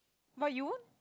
but you won't